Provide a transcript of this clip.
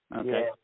Okay